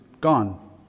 gone